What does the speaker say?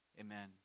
amen